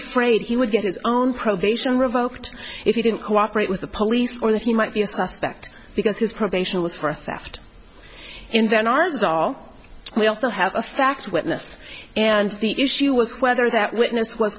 afraid he would get his own probation revoked if you didn't cooperate with the police or that he might be a suspect because his probation was for theft in then ours are we also have a fact witness and the issue was whether that witness w